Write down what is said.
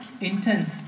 intense